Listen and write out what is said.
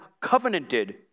covenanted